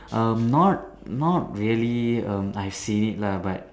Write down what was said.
um not not really um I seen it lah but